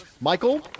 Michael